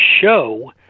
show